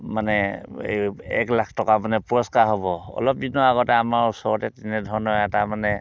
মানে এক লাখ টকা মানে পুৰস্কাৰ হ'ব অলপ দিনৰ আগতে আমাৰ ওচৰতে তেনেধৰণৰ এটা মানে